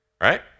right